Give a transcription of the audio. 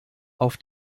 auf